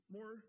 More